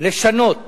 לשנות